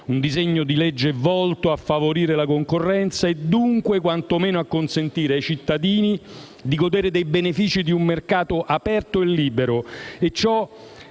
un disegno di legge volto a favorire la concorrenza e, dunque, quantomeno a consentire ai cittadini di godere dei benefici di un mercato aperto e libero